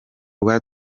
rwa